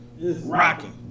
rocking